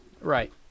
right